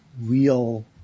real